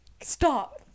Stop